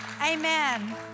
Amen